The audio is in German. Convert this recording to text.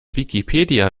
wikipedia